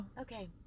Okay